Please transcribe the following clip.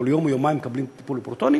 כל יום או יומיים מקבלים טיפול בפרוטונים,